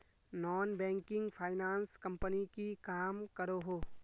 Non banking finance company की काम करोहो?